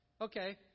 Okay